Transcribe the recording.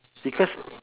because